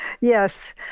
Yes